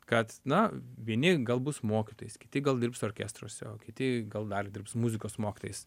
kad na vieni gal bus mokytojais kiti gal dirbs orkestruose o kiti gal dar dirbs muzikos mokytojais